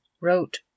Wrote